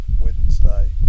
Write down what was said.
Wednesday